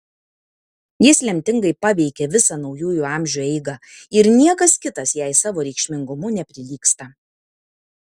jis lemtingai paveikė visą naujųjų amžių eigą ir niekas kitas jai savo reikšmingumu neprilygsta